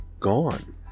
gone